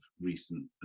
recent